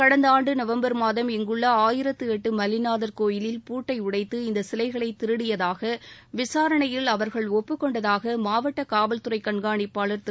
கடந்த ஆண்டு நவம்பர் மாதம் இங்குள்ள ஆயிரத்து எட்டு மல்லிநாதர் கோயிலில் பூட்டை உடைத்து இந்தச் சிலைகளை திருடியதாக விசாரணையில் அவர்கள் ஒப்புக் கொண்டதாக மாவட்ட காவல்துறை கண்காணிப்பாளர் திரு